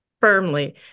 firmly